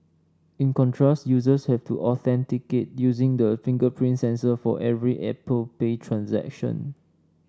in contrast users have to authenticate using the fingerprint sensor for every Apple Pay transaction